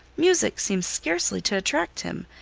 music seems scarcely to attract him,